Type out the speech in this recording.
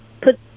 put